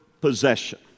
possession